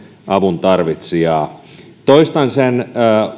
avuntarvitsijaa toistan sen